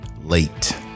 late